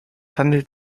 handelt